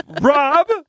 Rob